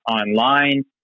online